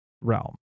realm